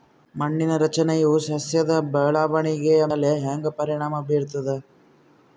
ಮಣ್ಣಿನ ರಚನೆಯು ಸಸ್ಯದ ಬೆಳವಣಿಗೆಯ ಮ್ಯಾಲ ಹ್ಯಾಂಗ ಪರಿಣಾಮ ಬೀರ್ತದ?